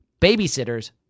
babysitters